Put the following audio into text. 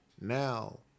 now